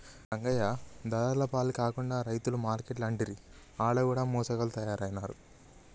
రంగయ్య దళార్ల పాల కాకుండా రైతు మార్కేట్లంటిరి ఆడ కూడ మోసగాళ్ల తయారైనారు